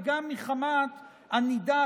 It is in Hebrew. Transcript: וגם מחמת ענידת,